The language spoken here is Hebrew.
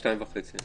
שתיים וחצי.